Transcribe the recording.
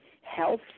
health